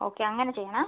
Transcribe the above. okay അങ്ങനെ ചെയ്യാനാ